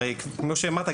הרי כמו שאמרת,